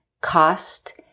cost